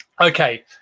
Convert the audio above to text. Okay